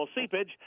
seepage